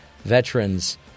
Veterans